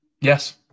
Yes